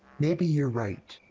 maybe you're right.